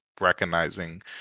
recognizing